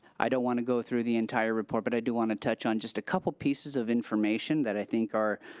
i don't wanna go through the entire report, but i do wanna touch on just a couple pieces of information that i think are,